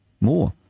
More